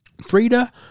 Frida